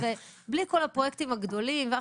כל הפרויקטים הגדולים.